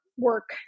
work